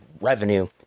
revenue